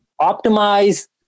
optimize